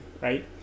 right